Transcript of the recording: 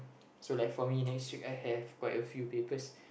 so like for me next week I have quite a few papers